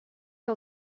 que